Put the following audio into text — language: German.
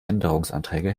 änderungsanträge